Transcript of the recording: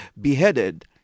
beheaded